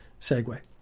segue